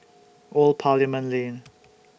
Old Parliament Lane